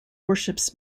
worships